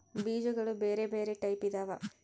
ಬೀಜಗುಳ ಬೆರೆ ಬೆರೆ ಟೈಪಿದವ